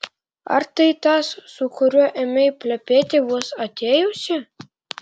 ar tai tas su kuriuo ėmei plepėti vos atėjusi